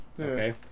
Okay